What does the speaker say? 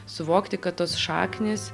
suvokti kad tos šaknys